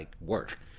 work